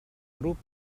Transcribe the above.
grup